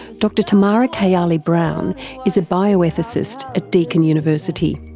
dr tamara kayali browne is a bioethicist at deakin university.